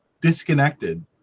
Disconnected